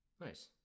Nice